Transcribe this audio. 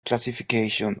classification